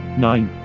nine